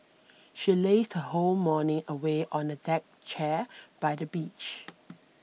she lazed her whole morning away on a deck chair by the beach